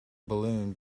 balloon